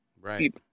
Right